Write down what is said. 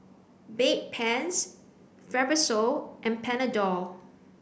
Bedpans Fibrosol and Panadol